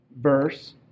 verse